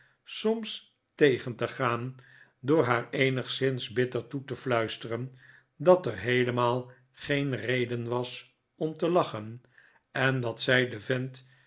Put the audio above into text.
soms tegen te gaan door haar eenigszins bitter toe te fluisteren dat er heelemaal geen reden was om te lachen en dat zij den vent